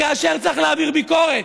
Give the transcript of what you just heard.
כאשר צריך להעביר ביקורת,